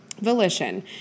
volition